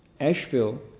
Asheville